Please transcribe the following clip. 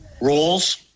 rules